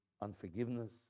unforgiveness